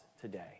today